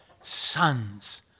sons